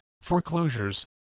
foreclosures